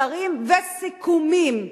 שרים וסיכומים.